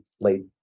late